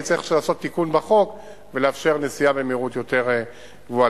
יהיה צורך לעשות תיקון בחוק ולאפשר נסיעה במהירות יותר גבוהה.